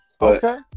Okay